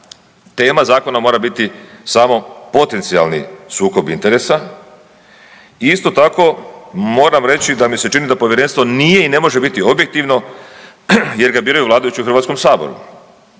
Tema zakona mora biti samo potencijalni sukob interesa. I isto tako moram reći da mi se čini da povjerenstvo nije i ne može biti objektivno, jer ga biraju vladajući u Hrvatskom saboru